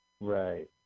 right